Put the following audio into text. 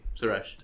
Suresh